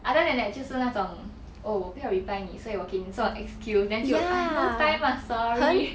other than that 就是那种 oh 我不要 reply 你所以我给你这种 excuse then 就 !aiya! no time sorry